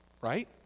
right